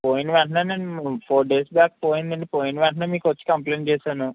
పోయిన వెంటనే నేను ఫోర్ డేస్ బ్యాక్ పోయిందండి పోయిన వెంటనే మీకు వచ్చి కంప్లైంట్ చేసాను